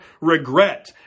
regret